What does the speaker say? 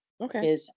Okay